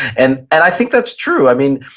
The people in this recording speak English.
and and i think that's true. i mean,